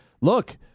look